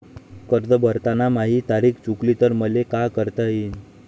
कर्ज भरताना माही तारीख चुकली तर मले का करता येईन?